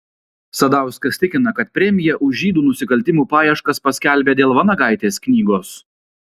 sadauskas tikina kad premiją už žydų nusikaltimų paieškas paskelbė dėl vanagaitės knygos